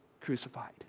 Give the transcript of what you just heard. crucified